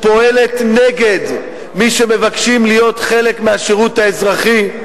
פועלת נגד מי שמבקשים להיות חלק מהשירות האזרחי,